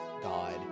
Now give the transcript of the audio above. God